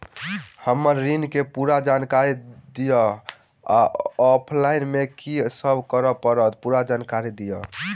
हम्मर ऋण केँ पूरा जानकारी दिय आ ऑफलाइन मे की सब करऽ पड़तै पूरा जानकारी दिय?